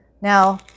Now